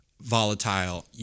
volatile